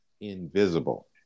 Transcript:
Invisible